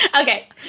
okay